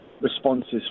responses